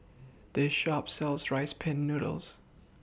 This Shop sells Rice Pin Noodles